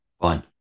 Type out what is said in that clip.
Fine